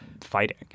fighting